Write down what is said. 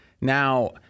Now